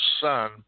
Son